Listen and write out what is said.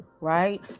right